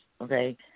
okay